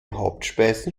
hauptspeisen